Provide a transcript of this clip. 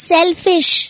Selfish